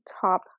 top